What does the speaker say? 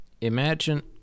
imagine